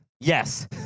Yes